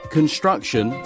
construction